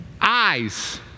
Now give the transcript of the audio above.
eyes